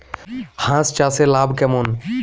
হাঁস চাষে লাভ কেমন?